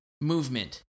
movement